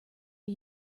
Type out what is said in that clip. are